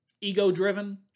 ego-driven